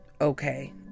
okay